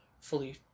fully